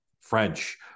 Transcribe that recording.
French